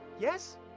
yes